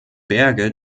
berge